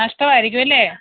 നഷ്ടമായിരിക്കുവല്ലേ